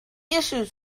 issues